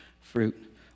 fruit